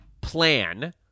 plan